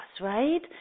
right